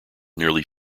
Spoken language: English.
nearly